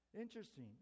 Interesting